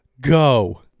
go